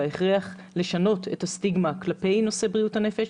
בהכרח לשנות את הסטיגמה כלפי נושא בריאות הנפש.